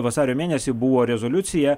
vasario mėnesį buvo rezoliucija